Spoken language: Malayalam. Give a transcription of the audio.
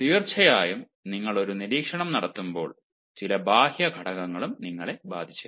തീർച്ചയായും നിങ്ങൾ ഒരു നിരീക്ഷണം നടത്തുമ്പോൾ ചില ബാഹ്യ ഘടകങ്ങളും നിങ്ങളെ ബാധിച്ചേക്കാം